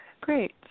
Great